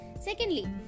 Secondly